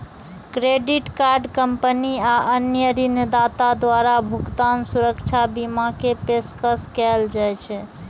credit card company आ अन्य ऋणदाता द्वारा भुगतान सुरक्षा बीमा के पेशकश कैल जाइ छै